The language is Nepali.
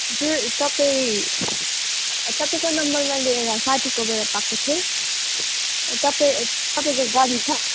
हजुर तपाईँ तपाईँको नम्बर मैले एउटा साथीकोबाट पाएको थिएँ तपाईँ तपाईँको गाडी छ